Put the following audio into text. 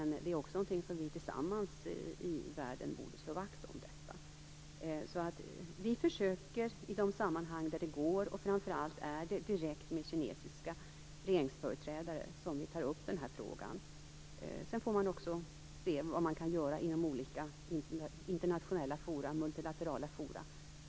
Det är också någonting som vi tillsammans i världen borde slå vakt om. Vi försöker att ta upp den här frågan i de sammanhang där det går, och framför allt direkt med kinesiska regeringsföreträdare. Sedan får vi också se vad man kan göra i olika multilaterala forum.